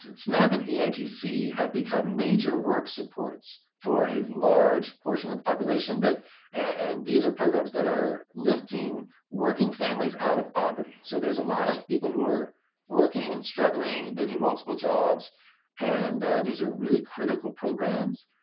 snap and eitc have become major work supports for a large portion of the population. and these are programs that are lifting working families out of poverty. so there's a lot of people who are working and struggling maybe multiple jobs and these are really critical programs